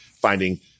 finding